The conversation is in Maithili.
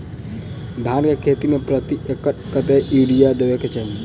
धान केँ खेती मे प्रति एकड़ कतेक यूरिया देब केँ चाहि?